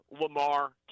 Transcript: Lamar